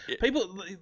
people